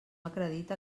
acredita